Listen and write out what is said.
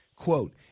Quote